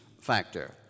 factor